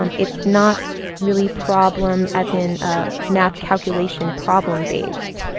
um it's not really problem, as in ah math calculation problem, based.